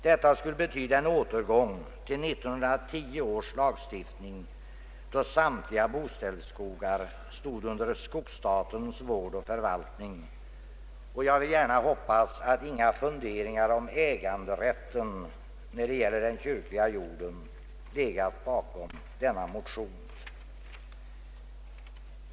Detta skulle betyda en återgång till 1910 års lagstiftning, då samtliga boställsskogar stod under skogsstatens vård och förvaltning. Jag vill gärna hoppas att inga funderingar om äganderätten när det gäller den kyrkliga jorden legat bakom denna motion.